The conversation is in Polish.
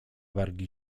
wargi